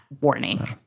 warning